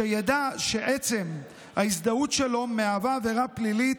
שידע שעצם ההזדהות שלו מהווה עבירה פלילית.